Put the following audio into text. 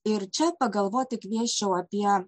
ir čia pagalvoti kviesčiau apie